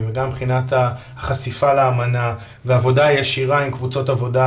וגם מבחינת החשיפה לאמנה והעבודה הישירה עם קבוצות עבודה,